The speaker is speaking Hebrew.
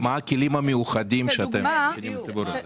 מה הכלים המיוחדים שאתם נותנים לציבור הזה?